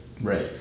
Right